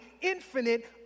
infinite